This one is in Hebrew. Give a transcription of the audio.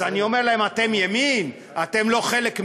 אז אני אומר להם: אתם ימין, אתם לא חלק מהעם?